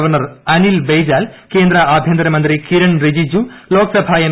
governor Anil Baijal കേന്ദ്ര ആഭ്യന്തരമന്ത്രി Kiren Rijiju Lok Sabha M